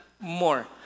more